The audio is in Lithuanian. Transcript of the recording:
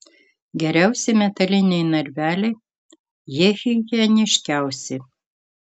geriausi metaliniai narveliai jie higieniškiausi